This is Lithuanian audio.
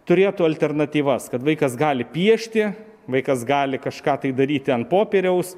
turėtų alternatyvas kad vaikas gali piešti vaikas gali kažką tai daryti ant popieriaus